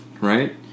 Right